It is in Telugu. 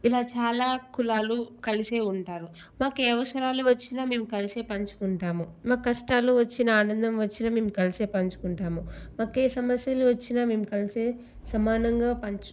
ఇలా చాలా కులాలు కలిసే ఉంటారు మాకే అవసరాలు వచ్చినా మేం కలిసే పంచుకుంటాము మాకు కష్టాలు వచ్చినా ఆనందం వచ్చినా మేం కలిసే పంచుకుంటాము మాకే సమస్యలు వచ్చినా మేము కలిసే సమానంగా పంచు